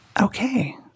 Okay